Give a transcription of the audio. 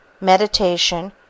meditation